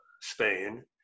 Spain